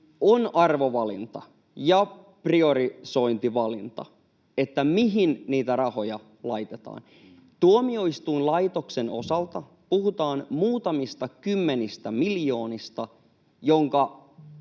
on arvovalinta ja priorisointivalinta, mihin niitä rahoja laitetaan. Tuomioistuinlaitoksen osalta puhutaan muutamista kymmenistä miljoonista, minkä